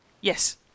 Yes